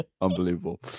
Unbelievable